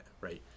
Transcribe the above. right